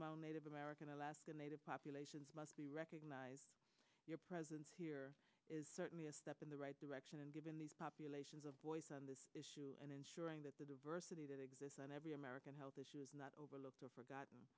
amount native american alaskan native populations must be recognized your presence here is certainly a step in the right direction and given these populations of voice on this issue and ensuring that the diversity that exists on every american health issue is not overlooked or forgotten